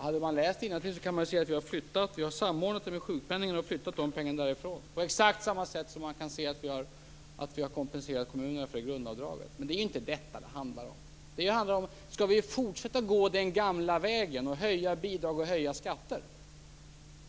Fru talman! Läser man innantill kan man se att vi samordnat detta med sjukpenningen och flyttat de pengarna därifrån på exakt samma sätt som man kan se att vi har kompenserat kommunerna för grundavdraget. Men det är inte detta det handlar om. Det handlar om huruvida vi skall fortsätta att gå den gamla vägen och höja bidragen och skatter